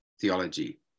theology